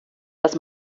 dies